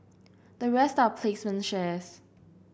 the rest are placement shares